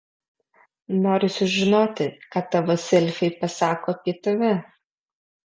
nori sužinoti ką tavo selfiai pasako apie tave